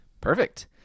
perfect